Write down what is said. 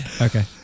Okay